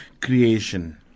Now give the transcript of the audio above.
creation